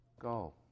go